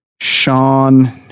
Sean